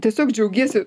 tiesiog džiaugiesi